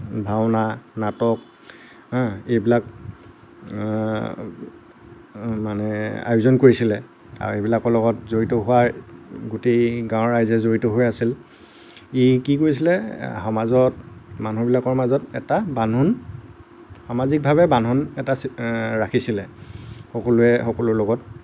ভাওনা নাটক হু এইবিলাক মানে আয়োজন কৰিছিলে আৰু এইবিলাকৰ লগত জড়িত হোৱাই গোটেই গাঁৱৰ ৰাইজে জড়িত হৈ আছিল ই কি কৰিছিলে সমাজত মানুহবিলাকৰ মাজত এটা বান্ধোন সামাজিকভাৱে বান্ধোন এটা ৰাখিছিলে সকলোৰে সকলোৰ লগত